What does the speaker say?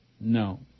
No